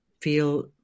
feel